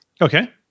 Okay